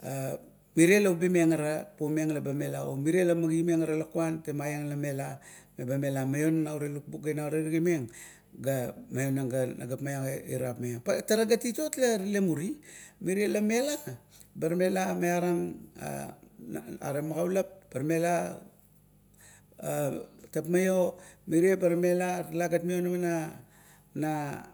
mire la ubieng ara poieng leba mela, pa mire la magimeng ara lukuan temaieng la mela, ba mela maionang naure lukbuk ga leba ina terigimeng, ga maionang na nagap maiam ga irap maiam. Pa tara gat titot la rale muri mire la mela, bau mela miarang are magaulap barmela tapmaio, mire bar mela, talagat mionama na. na.